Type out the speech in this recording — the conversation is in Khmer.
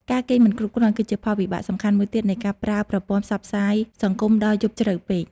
ការគេងមិនគ្រប់គ្រាន់គឺជាផលវិបាកសំខាន់មួយទៀតនៃការប្រើប្រព័ន្ធផ្សព្វផ្សាយសង្គមដល់យប់ជ្រៅពេក។